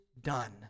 done